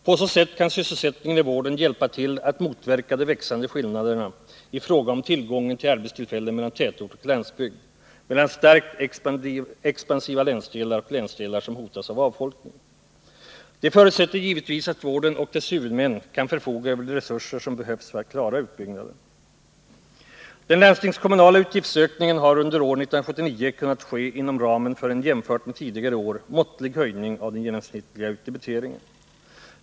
På så sätt kan sysselsättningen i vården hjälpa till att motverka de växande skillnaderna i fråga om tillgången på arbetstillfällen mellan tätort och landsbygd, mellan starkt expansiva länsdelar och länsdelar som hotas av avfolkning. Det förutsätter givetvis att vården och dess huvudmän kan förfoga över de resurser som behövs för att klara utbyggnaden. Den landstingskommunala utgiftsutvecklingen har under 1979 kunnat ske inom ramen för en, jämfört med tidigare år, måttlig höjning av den genomsnittliga utdebiteringen.